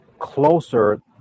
Closer